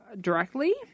directly